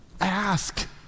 Ask